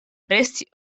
resti